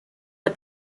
the